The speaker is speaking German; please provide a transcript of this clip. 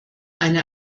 eine